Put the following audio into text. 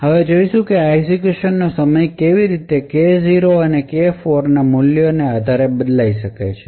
હવે આપણે જોઈશું કે આ એક્ઝેક્યુશનનો સમય કેવી રીતે K0 અને K4 ના મૂલ્યોના આધારે બદલાઈ શકે છે